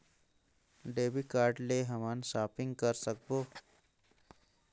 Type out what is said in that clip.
Debit card ले हमन shopping करे सकबो?